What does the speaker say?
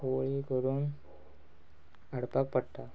होळी करून हाडपाक पडटा